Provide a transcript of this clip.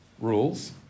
Rules